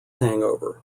hangover